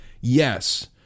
yes